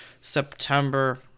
September